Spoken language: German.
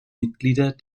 mitglieder